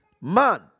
man